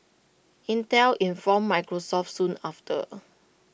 Intel informed Microsoft soon after